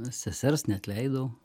sesers neatleidau